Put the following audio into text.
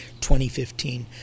2015